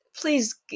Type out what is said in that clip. please